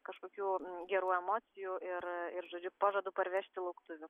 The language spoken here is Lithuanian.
kažkokių gerų emocijų ir ir žodžiu pažadu parvežti lauktuvių